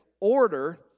Order